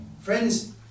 friends